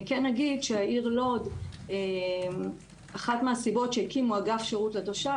אני כן אגיד שאחת הסיבות שהקימו אגף שירת לתושב